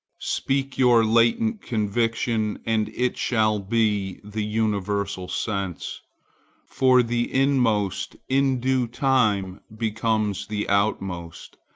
speak your latent conviction, and it shall be the universal sense for the inmost in due time becomes the outmost,